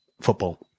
football